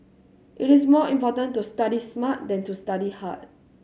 it is more important to study smart than to study hard